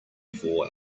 four